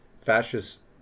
fascist